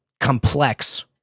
complex